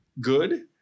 good